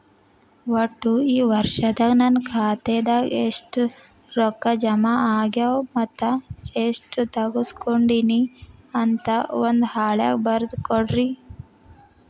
ಒಟ್ಟ ಈ ವರ್ಷದಾಗ ನನ್ನ ಖಾತೆದಾಗ ಎಷ್ಟ ರೊಕ್ಕ ಜಮಾ ಆಗ್ಯಾವ ಮತ್ತ ಎಷ್ಟ ತಗಸ್ಕೊಂಡೇನಿ ಅಂತ ಒಂದ್ ಹಾಳ್ಯಾಗ ಬರದ ಕೊಡ್ರಿ